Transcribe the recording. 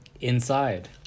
Inside